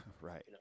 Right